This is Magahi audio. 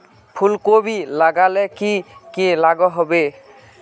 फूलकोबी लगाले की की लागोहो होबे?